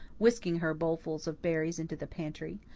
whisking her bowlful of berries into the pantry.